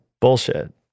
bullshit